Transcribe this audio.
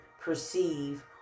perceive